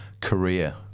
career